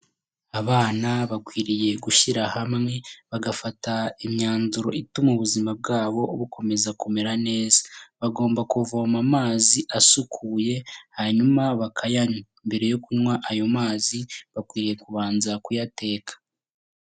Abana bakwiriye gushyira hamwe, bagafata imyanzuro ituma ubuzima bwabo bukomeza kumera neza. Bagomba kuvoma amazi asukuye hanyuma bakayanywa. Mbere yo kunywa ayo mazi bagomba kubanza bakayateka.